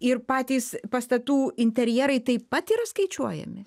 ir patys pastatų interjerai taip pat yra skaičiuojami